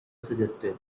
suggested